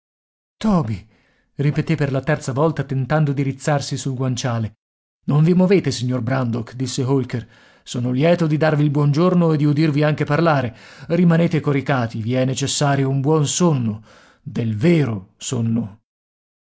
toby ripeté per la terza volta tentando di rizzarsi sul guanciale non vi movete signor brandok disse holker sono lieto di darvi il buongiorno e di udirvi anche parlare rimanete coricati vi è necessario un buon sonno del vero sonno